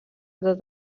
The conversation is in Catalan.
tot